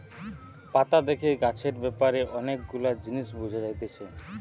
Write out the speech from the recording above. পাতা দেখে গাছের ব্যাপারে অনেক গুলা জিনিস বুঝা যাতিছে